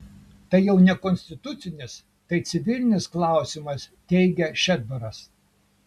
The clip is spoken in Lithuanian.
tai jau ne konstitucinis tai civilinis klausimas teigė šedbaras